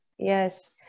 yes